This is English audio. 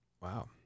Wow